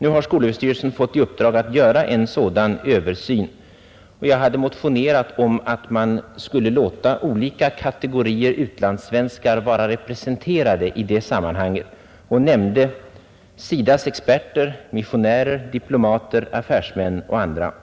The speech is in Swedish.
Nu har skolöverstyrelsen fått i uppdrag att göra en sådan översyn, och jag hade motionerat om att man skulle låta olika kategorier utlandssvenskar vara representerade i den utredningen. Jag nämnde SIDA:s experter, missionärer, diplomater, affärsmän och andra.